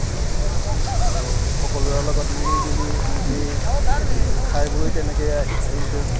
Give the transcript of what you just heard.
আৰু সকলোৰে লগত মিলি জুলি এমুঠি খাই বৈ তেনেকে আহি আহিছোঁ